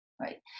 right